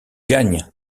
gagne